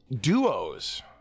duos